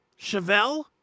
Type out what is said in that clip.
chevelle